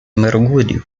mergulho